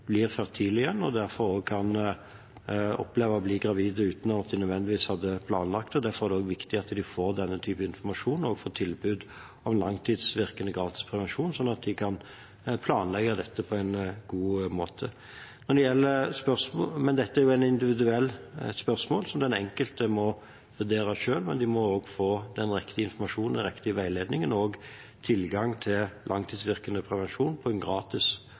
og derfor også kan oppleve å bli gravide uten at de nødvendigvis hadde planlagt det. Derfor er det også viktig at de får denne typen informasjon og tilbud om gratis langtidsvirkende prevensjon, slik at de kan planlegge dette på en god måte. Dette er et individuelt spørsmål, som den enkelte må vurdere selv, men de må få riktig informasjon og riktig veiledning og også tilgang til langtidsvirkende prevensjon på en gratis